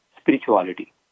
spirituality